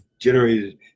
generated